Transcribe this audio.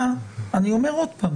אני אומר עוד פעם